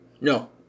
No